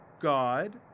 God